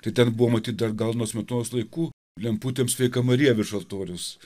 tai ten buvo matyt dar gal nuo smetonos laikų lemputėm sveika marija virš altorius